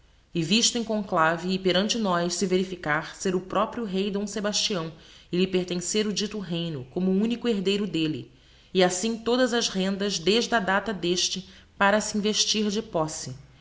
e visto em conclave e perante nós se verificar ser o proprio rey d sebastião e lhe pertencer o dito reyno como unico herdeiro d'elle e assim todas as rendas des a data d'este para se investir de posse